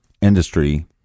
industry